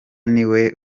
niwe